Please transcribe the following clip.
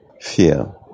fear